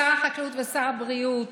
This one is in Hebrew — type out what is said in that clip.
שר החקלאות ושר הבריאות,